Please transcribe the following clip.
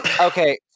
Okay